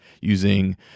using